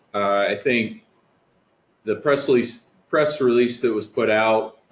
i think the press release press release that was put out